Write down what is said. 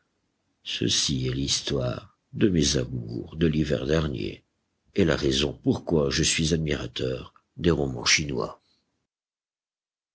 ceci est l'histoire de mes amours de l'hiver dernier et la raison pourquoi je suis admirateur des romans chinois